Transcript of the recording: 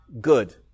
good